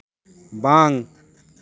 ᱵᱟᱝ